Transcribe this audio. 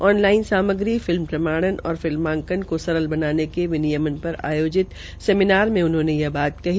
on line सामग्री film प्रमाणन और फिल्मांकन को सरल बनाने के विनियमनय र आयोजित सेमिनार में उन्होंने यह बात कही